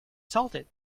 salted